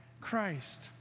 Christ